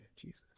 Jesus